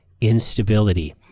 Instability